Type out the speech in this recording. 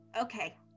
Okay